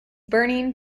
burning